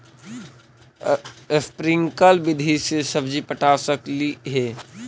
Sprinkle विधि से सब्जी पटा सकली हे?